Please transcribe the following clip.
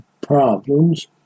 problems